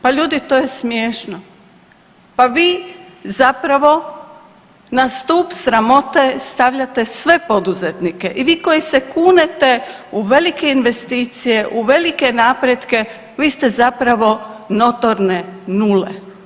Pa ljudi to je smiješno, pa vi zapravo na stup sramote stavljate sve poduzetnike i vi koji se kunete u velike investicije, u velike napretke, vi ste zapravo notorne nule.